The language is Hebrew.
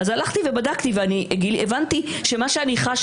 אז הלכתי ובדקתי והבנתי שמה שאני חשה